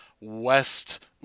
West